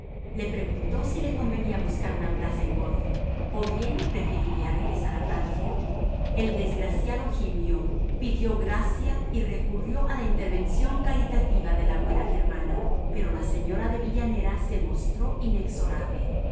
le preguntó si le convenía buscar una plaza en corfú o bien prefería regresar a francia el desgraciado gimió pidió gracia y recurrió a la intervención caritativa de la buena germana pero la señora de villanera se mostró inexorable